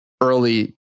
early